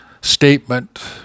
statement